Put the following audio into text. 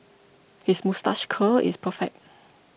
his moustache curl is perfect